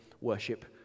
worship